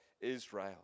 Israel